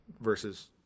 versus